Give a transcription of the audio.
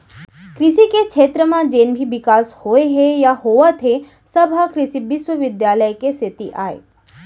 कृसि के छेत्र म जेन भी बिकास होए हे या होवत हे सब ह कृसि बिस्वबिद्यालय के सेती अय